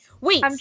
Wait